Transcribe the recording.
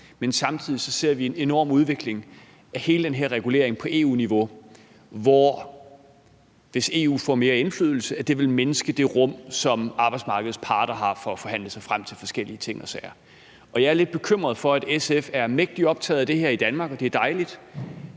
side samtidig ser en enorm udvikling af hele den her regulering på EU-niveau, hvor det, hvis EU får mere indflydelse, det vil mindske det rum, som arbejdsmarkedets parter har for at forhandle sig frem til forskellige ting og sager. Jeg er lidt bekymret for, at SF er mægtig optaget af det her i Danmark – og det er dejligt